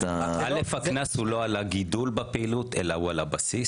אתה --- הקנס הוא לא על הגידול בפעילות אלא הוא על הבסיס.